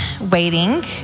waiting